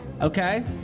Okay